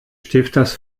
stifters